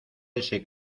ese